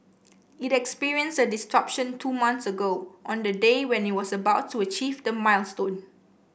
it experienced a disruption two months ago on the day when it was about to achieve the milestone